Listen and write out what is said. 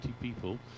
people